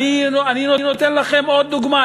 אתן לכם עוד דוגמה.